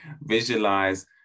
Visualize